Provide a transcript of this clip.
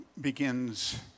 begins